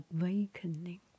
awakening